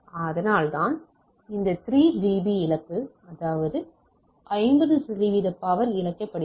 அதனால்தான் அந்த 3 டிபி இழப்பு அதாவது 50 சதவீத பவர் இழக்கப்படுகிறது